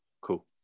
Cool